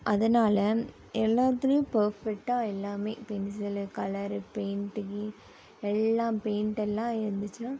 அதனால் எல்லாத்திலியும் பர்ஃபெக்டாக எல்லாமே பென்சிலு கலரு பெயிண்ட்டிங்கு எல்லாம் பெயிண்ட்டெல்லாம் இருந்துச்சுனா